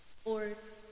sports